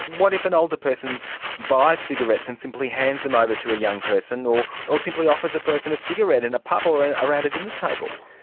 what if an older person buys cigarettes and simply hands them over but to a young person or ah simply offers a person a cigarette in a pub or and around a dinner table?